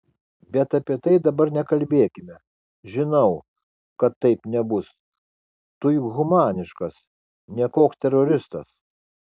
bet apie tai dabar nekalbėkime žinau kad taip nebus tu juk humaniškas ne koks teroristas